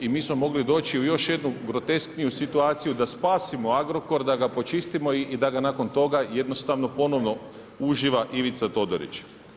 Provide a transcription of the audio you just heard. I mi smo mogli doći u još jednu groteskniju situaciju da spasimo Agrokor, da ga počistimo i da ga nakon toga jednostavno ponovo uživa Ivica Todorić.